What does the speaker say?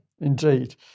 Indeed